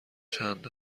چند